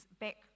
back